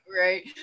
Right